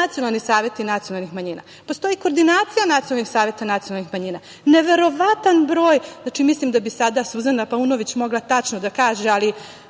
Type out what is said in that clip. nacionalni saveti nacionalnih manjina. Postoji koordinacija nacionalnih saveta nacionalnih manjina, neverovatan broj, znači mislim da bi sada Suzana Paunović mogla tačno da kaže, ali